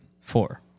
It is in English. Four